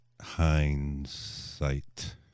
hindsight